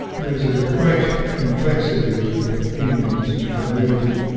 there's a great complexity of opinions emerging.